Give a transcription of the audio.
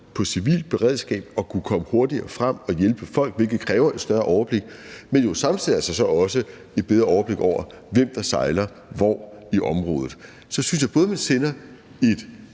på civilt beredskab at kunne komme hurtigere frem og hjælpe folk, hvilket kræver et større overblik, men jo samtidig også et bedre overblik over, hvem der sejler hvor i området, så synes jeg, at man både sender et